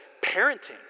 parenting